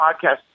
podcast